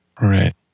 Right